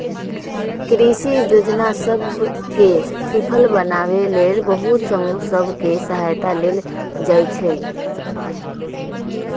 कृषि जोजना सभ के सूफल बनाबे लेल बहुते समूह सभ के सहायता लेल जाइ छइ